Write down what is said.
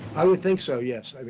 i would think so yes. i mean